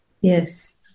Yes